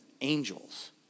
angels